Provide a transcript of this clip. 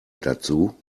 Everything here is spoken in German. dazu